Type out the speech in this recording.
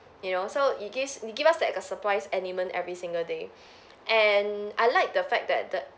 you know so it gives it give us like a surprise element every single day and I like the fact that the